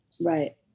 Right